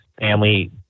family